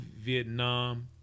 Vietnam